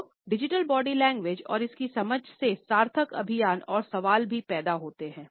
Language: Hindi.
तो डिजिटल बॉडी लैंग्वेज और इसकी समझ से सार्थक अभियान और सवाल भी पैदा होते हैं